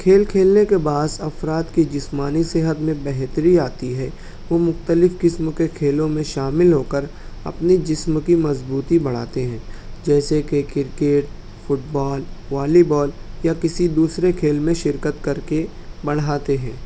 کھیل کھیلنے کے بعض افراد کے جسمانی صحت میں بہتری آتی ہے وہ مختلف قسم کے کھیلوں میں شامل ہو کر اپنے جسم کی مضبوطی بڑھاتے ہیں جیسے کہ cricket football volleyball یا کسی دوسرے کھیل میں شرکت کرکے بڑھاتے ہیں